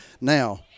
now